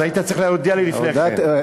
היית צריך להודיע לי לפני כן.